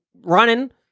running